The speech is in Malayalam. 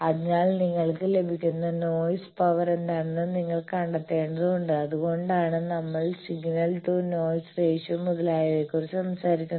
അതിനാൽ നിങ്ങൾക്ക് ലഭിക്കുന്ന നോയ്സ് പവർ എന്താണെന്ന് നിങ്ങൾ കണ്ടെത്തേണ്ടതുണ്ട് അത്കൊണ്ടാണ് നമ്മൾ സിഗ്നൽ ടു നോയ്സ് റേഷ്യോ മുതലായവയെക്കുറിച്ച് സംസാരിക്കുന്നത്